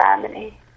family